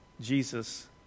Jesus